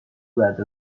بعد